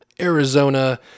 Arizona